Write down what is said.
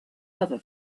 other